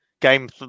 game